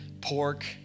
pork